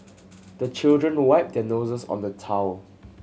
the children wipe their noses on the towel